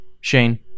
Shane